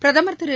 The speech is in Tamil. பிரதமா் திரு